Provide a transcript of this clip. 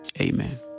Amen